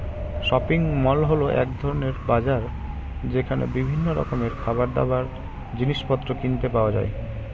shopping mall হল এক ধরণের বাজার যেখানে বিভিন্ন রকমের খাবারদাবার, জিনিসপত্র কিনতে পাওয়া যায়